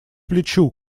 плечу